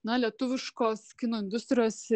na lietuviškos kino industrijos